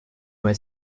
moi